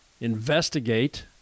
investigate